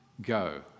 go